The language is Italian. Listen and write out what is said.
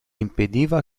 impediva